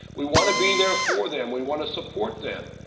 we want to be there for them. we want to support them.